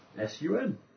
S-U-N